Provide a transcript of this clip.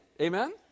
Amen